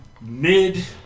mid